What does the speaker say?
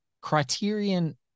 Criterion